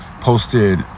posted